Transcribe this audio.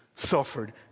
suffered